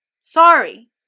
Sorry